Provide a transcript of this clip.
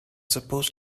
supposed